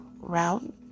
route